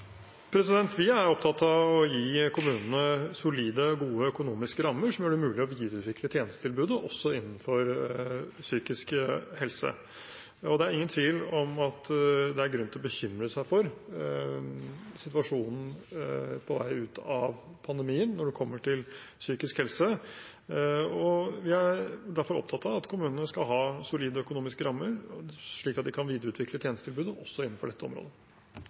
Vi er opptatt av å gi kommunene solide, gode økonomiske rammer som gjør det mulig å videreutvikle tjenestetilbudet også innenfor psykisk helse. Det er ingen tvil om at det er grunn til å bekymre seg for situasjonen på vei ut av pandemien når det gjelder psykisk helse. Jeg er derfor opptatt av at kommunene skal ha solide økonomiske rammer, slik at de kan videreutvikle tjenestetilbudet også innenfor dette området.